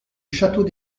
château